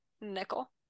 nickel